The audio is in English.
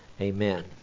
Amen